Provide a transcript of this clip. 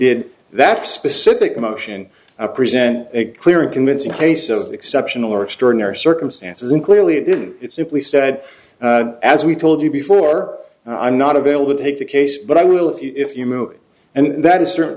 did that specific motion a present a clear and convincing case of exceptional or extraordinary circumstances and clearly it didn't it simply said as we told you before i'm not available to take the case but i will if you if you move and that is certain